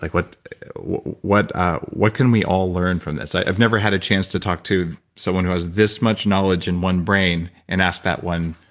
like what what ah can we all learn from this? i've never had a chance to talk to someone who has this much knowledge in one brain and asked that one,